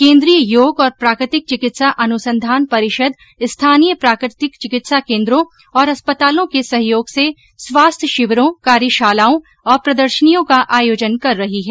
केन्द्रीय योग और प्राकृतिक चिकित्सा अनुसंधान परिषद स्थानीय प्राकृतिक चिकित्सा केन्द्रो और अस्पतालों के सहयोग से स्वास्थ्य शिविरों कार्यशालाओं और प्रदर्शनियों का आयोजन कर रही है